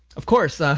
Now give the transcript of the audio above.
of course, haha.